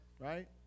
Right